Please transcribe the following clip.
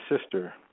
sister